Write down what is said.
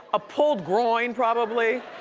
a pulled groin probably.